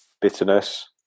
bitterness